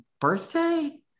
birthday